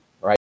right